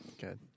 Good